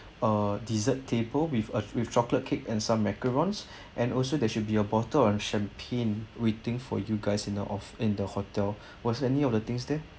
uh dessert table with a with chocolate cake and some macaroons and also there should be a bottle of champagne waiting for you guys as you know of in the hotel was any of the things there